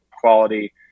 quality